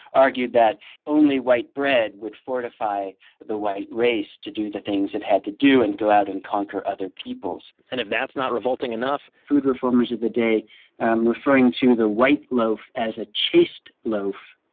argued that only white bread would fortify the white race to do the things it had to do and go out and conquer other peoples and if that's not revolting enough, food reformers of the day um referring to the white loaf as a chaste loaf,